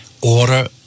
order